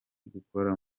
gukora